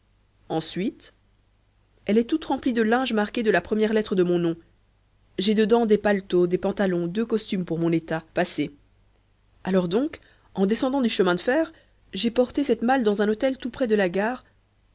ensuite elle est toute remplie de linge marqué de la première lettre de mon nom j'ai dedans des paletots des pantalons deux costumes pour mon état passez alors donc en descendant du chemin de fer j'ai porté cette malle dans un hôtel tout près de la gare